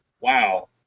wow